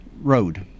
Road